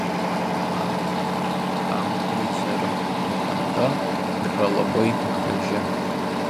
man tanhoizerio legenda yra labai graži